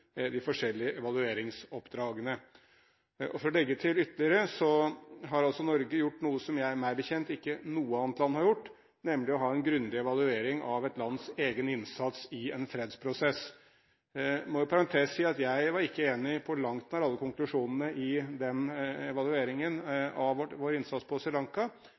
legge til at Norge har gjort noe som meg bekjent ikke noe annet land har gjort, nemlig å ha en grundig evaluering av et lands egen innsats i en fredsprosess. Jeg må i parentes si at jeg ikke var enig, på langt nær, i alle konklusjonene i evalueringen av vår innsats på